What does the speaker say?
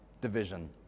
division